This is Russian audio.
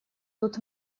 тут